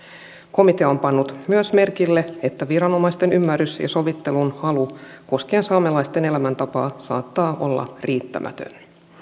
komitea on pannut myös merkille että viranomaisten ymmärrys ja sovittelunhalu koskien saamelaisten elämäntapaa saattaa olla riittämätön